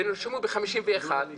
ונרשמו ב-51',